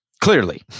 Clearly